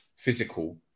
Physical